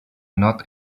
not